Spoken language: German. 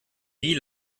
wie